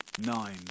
nine